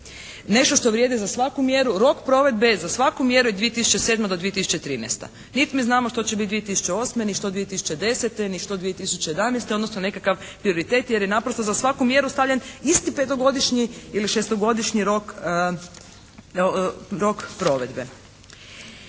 Nešto što vrijedi za svaku mjeru. Rok provedbe za svaku mjeru je 2007.-2013. Niti mi znamo što će biti 2008. ni što 2010. ni 2011. odnosno nekakav prioritet jer je naprosto za svaku mjeru stavljen isti petogodišnji ili šestogodišnji rok, rok provedbe.